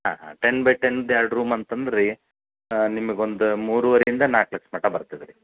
ಹಾಂ ಹಾಂ ten by ಟೆನ್ದು ಎರಡು ರೂಮ್ ಅಂತ ಅಂದಿರಿ ನಿಮಗೊಂದು ಮೂರೂವರೆಯಿಂದ ನಾಲ್ಕು ಲಕ್ಷ ಮಟ ಬರ್ತದೆ ರೀ